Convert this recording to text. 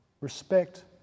Respect